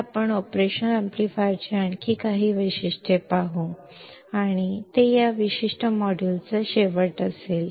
ಆದ್ದರಿಂದ ಆಪರೇಷನ್ ಆಂಪ್ಲಿಫೈಯರ್ನ ಇನ್ನೂ ಕೆಲವು ಗುಣಲಕ್ಷಣಗಳನ್ನು ಇಲ್ಲಿ ನೋಡೋಣ ಮತ್ತು ಅದು ಈ ನಿರ್ದಿಷ್ಟ ಮಾಡ್ಯೂಲ್ ನ ಅಂತ್ಯವಾಗಿರುತ್ತದೆ